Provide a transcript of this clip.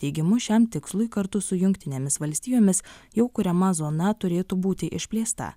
teigimu šiam tikslui kartu su jungtinėmis valstijomis jau kuriama zona turėtų būti išplėsta